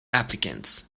applicants